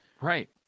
Right